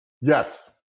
Yes